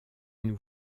nous